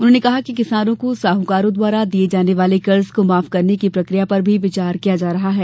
उन्होंने कहा कि किसानों को साहकारों द्वारा दिये जाने वाले कर्ज को माफ करने की प्रक्रिया पर भी विचार किया जा रहा है